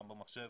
גם במחשב.